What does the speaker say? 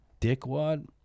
dickwad